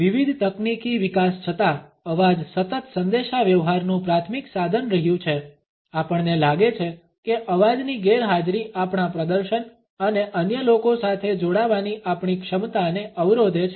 વિવિધ તકનીકી વિકાસ છતાં અવાજ સતત સંદેશાવ્યવહારનું પ્રાથમિક સાધન રહ્યુ છે આપણને લાગે છે કે અવાજની ગેરહાજરી આપણા પ્રદર્શન અને અન્ય લોકો સાથે જોડાવાની આપણી ક્ષમતાને અવરોધે છે